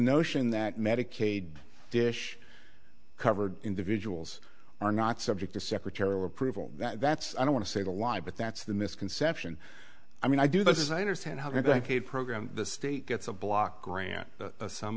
notion that medicaid dish covered individuals are not subject to secretarial approval that's i don't want to say the lie but that's the misconception i mean i do this is i understand how i think a program the state gets a block grant a sum